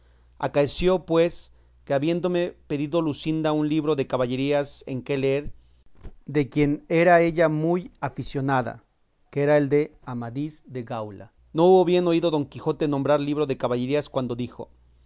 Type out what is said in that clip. acaeció pues que habiéndome pedido luscinda un libro de caballerías en que leer de quien era ella muy aficionada que era el de amadís de gaula no hubo bien oído don quijote nombrar libro de caballerías cuando dijo